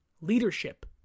leadership